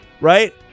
Right